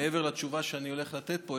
מעבר לתשובה שאני הולך לתת פה,